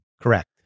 correct